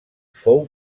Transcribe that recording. fou